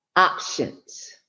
options